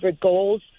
goals